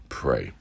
pray